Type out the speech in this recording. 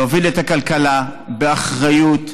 להוביל את הכלכלה באחריות,